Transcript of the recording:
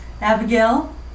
Abigail